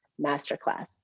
masterclass